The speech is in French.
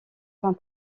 fin